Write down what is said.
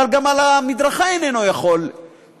אבל גם על המדרכה איננו יכול לנסוע.